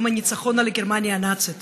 יום הניצחון על גרמניה הנאצית,